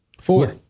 Four